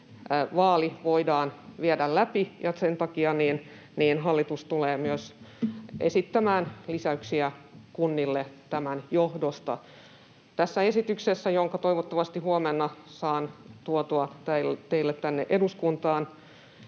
vaali voidaan viedä läpi, ja sen takia hallitus tulee myös esittämään lisäyksiä kunnille tämän johdosta. Tässä esityksessä, jonka toivottavasti huomenna saan tuotua teille tänne eduskuntaan,